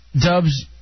Dubs